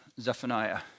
Zephaniah